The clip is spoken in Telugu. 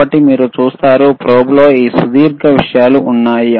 కాబట్టి మీరు చూస్తారు ప్రోబ్లో ఈ సుదీర్ఘ విషయాలు ఉన్నాయి